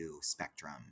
spectrum